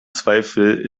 zweifel